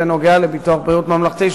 זה נוגע לביטוח בריאות ממלכתי,